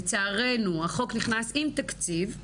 לצערנו, החוק נכנס עם תקציב,